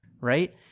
right